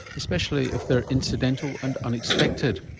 especially if they're incidental and unexpected?